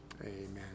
Amen